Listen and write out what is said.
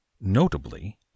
Notably